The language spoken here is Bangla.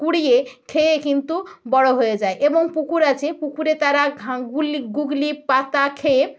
কুড়িয়ে খেয়ে কিন্তু বড়ো হয়ে যায় এবং পুকুর আছে পুকুরে তারা গুল্লি গুগলি পাতা খেয়ে